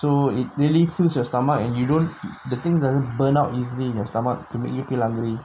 really fills your stomach and you don't the thing the burn out easily in your stomach to meet you